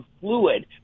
fluid